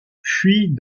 fuit